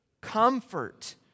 comfort